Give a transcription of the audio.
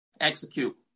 execute